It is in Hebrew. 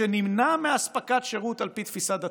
שנמנע מאספקת שירות על פי תפיסה דתית.